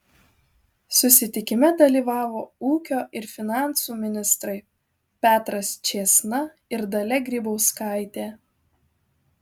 susitikime dalyvavo ūkio ir finansų ministrai petras čėsna ir dalia grybauskaitė